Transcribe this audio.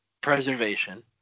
preservation